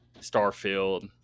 Starfield